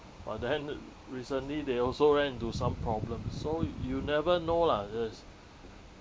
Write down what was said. but then recently they also ran into some problems so you you never know lah this